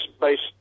based